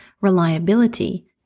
reliability